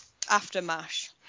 aftermash